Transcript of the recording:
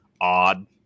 odd